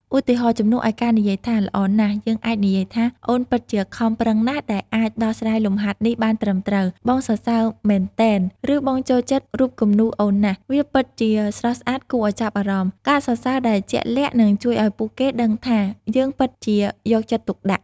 ឧទាហរណ៍ ជំនួសឲ្យការនិយាយថា ល្អណាស់ យើងអាចនិយាយថា អូនពិតជាខំប្រឹងណាស់ដែលអាចដោះស្រាយលំហាត់នេះបានត្រឹមត្រូវ បងសរសើរមែនទែន! ឬ បងចូលចិត្តរូបគំនូរអូនណាស់ វាពិតជាស្រស់ស្អាតគួរឲ្យចាប់អារម្មណ៍! ការសរសើរដែលជាក់លាក់នឹងជួយឲ្យពួកគេដឹងថាយើងពិតជាយកចិត្តទុកដាក់។